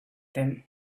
them